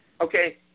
Okay